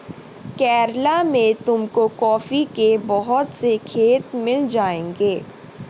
केरला में तुमको कॉफी के बहुत से खेत मिल जाएंगे